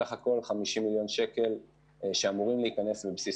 סך הכול 50 מיליון שקלים שאמורים להיכנס לבסיס